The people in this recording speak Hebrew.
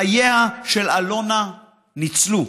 חייה של אלונה ניצלו,